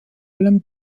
allem